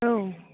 औ